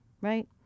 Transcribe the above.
Right